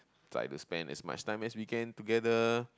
like to spend as much time as we can together